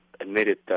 admitted